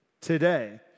today